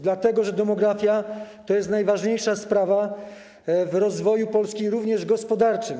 Demografia to jest najważniejsza sprawa w rozwoju Polski, również gospodarczym.